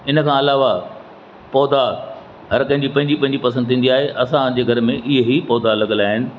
इन खां अलावा पौधा हर कंहिंजी पंहिंजी पंहिंजी पसंदि थींदी आहे असांजे घर में इहे ई पौधा लॻल आहिनि